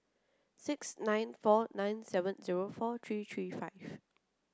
six nine four nine seven zero four three three five